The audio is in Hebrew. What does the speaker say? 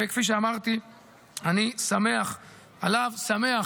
וכפי שאמרתי, אני שמח עליו, שמח